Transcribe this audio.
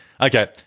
Okay